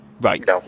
Right